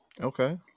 okay